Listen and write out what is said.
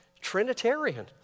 Trinitarian